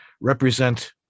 represent